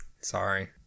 Sorry